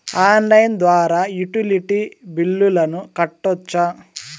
Online ద్వారా utility బిల్లులను కట్టొచ్చా?